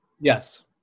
Yes